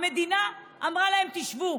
המדינה אמרה להם: תשבו.